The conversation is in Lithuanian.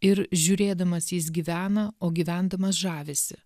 ir žiūrėdamas jis gyvena o gyvendamas žavisi